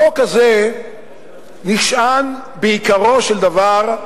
החוק הזה נשען, בעיקרו של דבר,